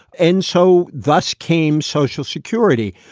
and so thus came social security,